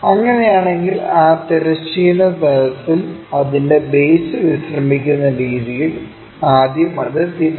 അങ്ങനെയാണെങ്കിൽ തിരശ്ചീന തലത്തിൽ അതിന്റെ ബേസ് വിശ്രമിക്കുന്ന രീതിയിൽ ആദ്യം അത് തിരിക്കുക